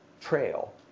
trail